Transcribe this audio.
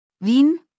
Wien